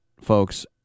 folks